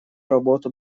работу